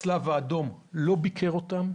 הצלב האדום לא ביקר אותם,